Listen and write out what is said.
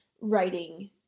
writing